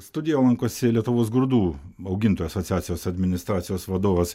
studijoj lankosi lietuvos grūdų augintojų asociacijos administracijos vadovas